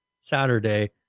Saturday